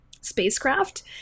spacecraft